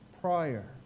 prior